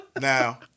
Now